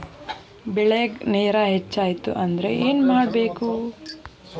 ಬೆಳೇಗ್ ನೇರ ಹೆಚ್ಚಾಯ್ತು ಅಂದ್ರೆ ಏನು ಮಾಡಬೇಕು?